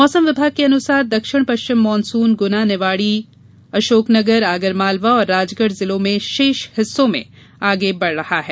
मौसम विभाग के अनुसार दक्षिण पश्चिम मानसुन गुना निवाड़ी अशोकनगर आगर मालवा और राजगढ़ जिलों के शेष हिस्से में आगे बढ़ रहा है